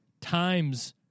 times